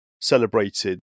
celebrated